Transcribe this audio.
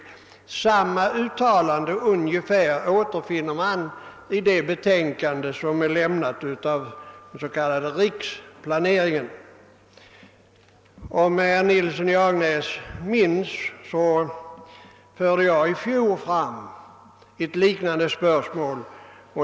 Ungefär samma uttalande återfinns i det betänkande som den s.k. riksplaneringen har lämnat. Om herr Nilsson i Agnäs minns det så förde jag i fjol fram ett liknande spörsmål.